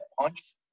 punch